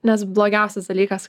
nes blogiausias dalykas